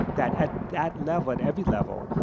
that at that level, at every level,